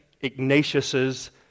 Ignatius's